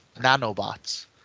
nanobots